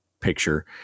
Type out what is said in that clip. picture